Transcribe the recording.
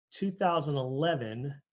2011